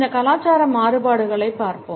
இந்த கலாச்சார மாறுபாடுகளைப் பார்ப்போம்